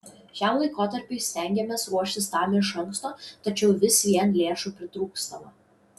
šiam laikotarpiui stengiamės ruoštis tam iš anksto tačiau vis vien lėšų pritrūkstama